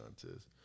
contest